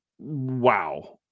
wow